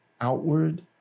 outward